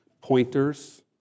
pointers